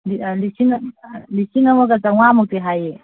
ꯂꯤꯁꯤꯡ ꯑꯃꯒ ꯆꯥꯝꯃꯉꯥꯃꯨꯛꯇꯤ ꯍꯥꯏꯌꯦ